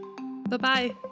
bye-bye